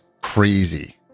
crazy